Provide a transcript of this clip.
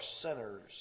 sinners